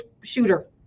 shooter